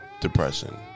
depression